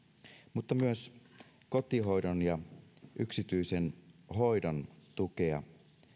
mutta myös kotihoidon ja yksityisen hoidon tukea